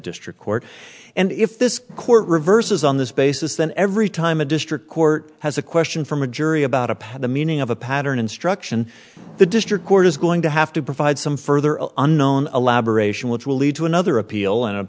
district court and if this court reverses on this basis then every time a district court has a question from a jury about a pad the meaning of a pattern instruction the district court is going to have to provide some further unknown elaboration which will lead to another appeal an a